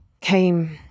came